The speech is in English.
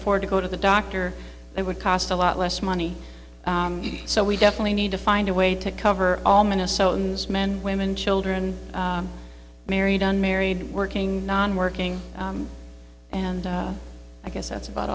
afford to go to the doctor it would cost a lot less money so we definitely need to find a way to cover all minnesotans men women children married unmarried working non working and i guess that's about